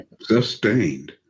Sustained